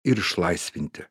ir išlaisvinti